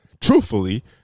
truthfully